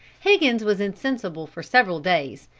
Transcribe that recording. higgins was insensible for several days,